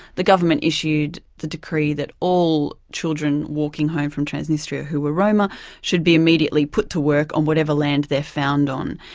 the government issued a decree that all children walking home from trans-dniester who were roma should be immediately put to work on whatever land they're found on,